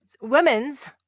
women's